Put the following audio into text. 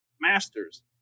Masters